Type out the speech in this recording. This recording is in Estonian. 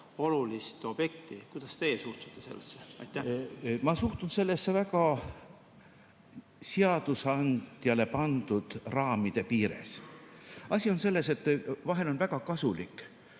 olulist objekti. Kuidas teie suhtute sellesse? Ma suhtun sellesse seadusandjale pandud raamide piires. Asi on selles, et vahel on väga kasulik